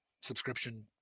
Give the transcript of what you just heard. subscription